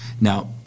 Now